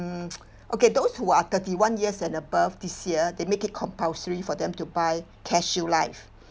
um okay those who are thirty-one years and above this year they make it compulsory for them to buy CareShield Life